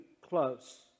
close